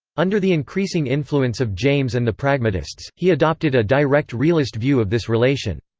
under the increasing influence of james and the pragmatists, he adopted a direct realist view of this relation.